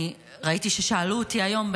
ראיתי ששאלו אותי היום,